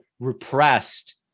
repressed